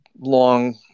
long